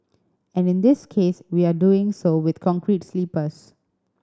and in this case we are doing so with concrete sleepers